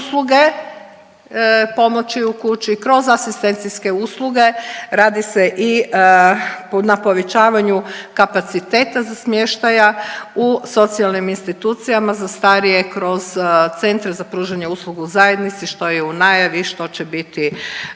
usluge pomoći u kući, kroz asistencijske usluge, radi se i na povećavanju kapaciteta smještaja u socijalnim institucijama za starije, kroz centre za pružanje usluga u zajednici što je u najavi, što će biti